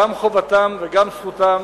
גם חובתם וגם זכותם,